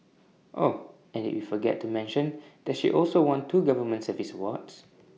oh and did we forget to mention that she also won two government service awards